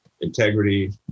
integrity